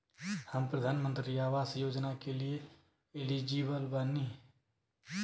हम प्रधानमंत्री आवास योजना के लिए एलिजिबल बनी?